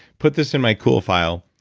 put this in my cool file.